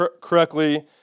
correctly